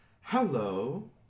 hello